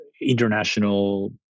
international